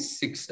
six